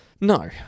No